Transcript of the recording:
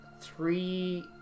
three